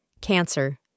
Cancer